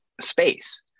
space